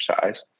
exercise